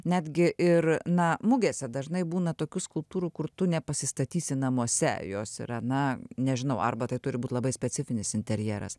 netgi ir na mugėse dažnai būna tokių skulptūrų kur tu nepasistatysi namuose jos yra na nežinau arba tai turi būt labai specifinis interjeras